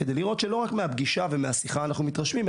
כדי לראות שלא רק מהפגישה ומהשיחה אנחנו מתרשמים,